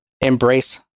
embrace